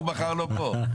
הוא מחר לא פה.